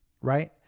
right